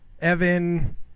Evan